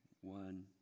One